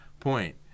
point